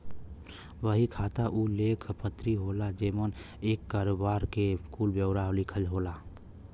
बही खाता उ लेख पत्री होला जेमन एक करोबार के कुल ब्योरा लिखल होला